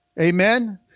Amen